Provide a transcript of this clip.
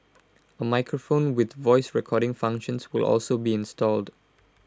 A microphone with voice recording functions will also be installed